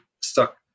Stuck